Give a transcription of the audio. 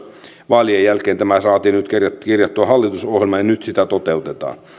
vaalien jälkeen tämä saatiin kirjattua hallitusohjelmaan ja nyt sitä toteutetaan